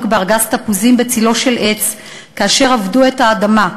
בארגז תפוזים בצלו של עץ כאשר עבדו את האדמה.